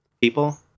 people